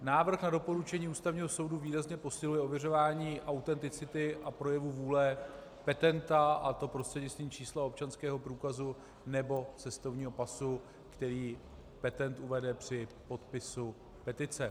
Návrh na doporučení Ústavního soudu výrazně posiluje ověřování autenticity a projevu vůle petenta, a to prostřednictvím čísla občanského průkazu nebo cestovního pasu, který petent uvede při podpisu petice.